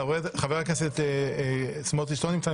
חבר הכנסת סמוטריץ לא נמצא.